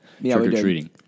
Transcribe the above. trick-or-treating